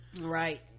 Right